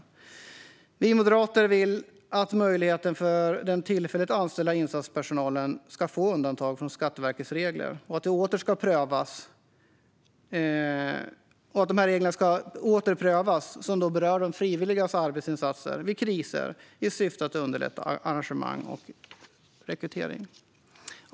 Vi moderater vill att frågan om möjligheten för den tillfälligt anställda insatspersonalen att få undantag från Skatteverkets regler åter ska prövas och att reglerna som rör frivilligas arbetsinsatser vid kriser ska ses över i syfte att underlätta engagemang och rekrytering.